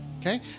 Okay